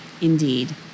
indeed